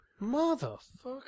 Motherfucker